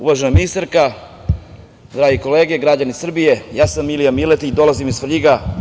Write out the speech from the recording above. Uvažena ministarka, drage kolege, građani Srbije, ja sam Milija Miletić, dolazim iz Svrljiga.